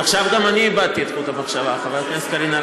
אבל הוא טוען שבגלל ההפסקה הוא לא קולט את התשובה.